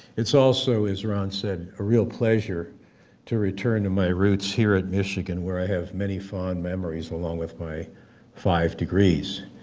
it's also, as ron said, a real pleasure to return to my roots here in michigan where i have many fond memories along with my five degrees,